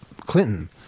Clinton